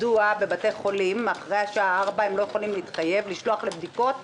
מדוע בבתי חולים אחרי השעה 16:00 לא יכולים להתחייב לשלוח לבדיקות,